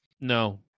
No